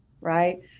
right